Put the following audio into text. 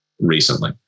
recently